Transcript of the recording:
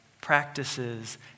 practices